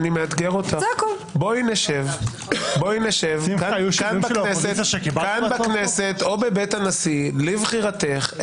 אני מאתגר אותך - בואי נשב כאן בכנסת או בבית הנשיא לבחירתך,